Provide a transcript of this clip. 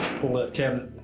pull that cabinet